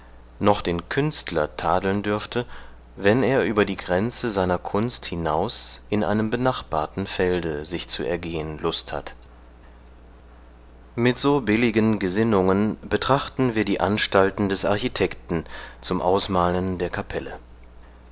noch den künstler tadeln dürfte wenn er über die grenze seiner kunst hinaus in einem benachbarten felde sich zu ergehen lust hat mit so billigen gesinnungen betrachten wir die anstalten des architekten zum ausmalen der kapelle